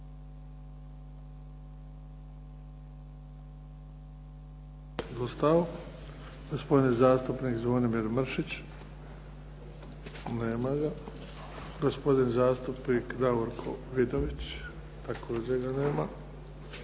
Zvonimir Mršić. Nema ga. Gospodin zastupnik Davorko Vidović. Također ga nema.